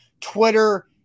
Twitter